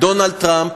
דונלד טראמפ,